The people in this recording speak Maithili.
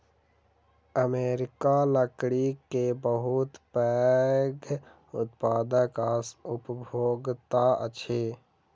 अमेरिका लकड़ी के बहुत पैघ उत्पादक आ उपभोगता अछि